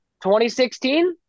2016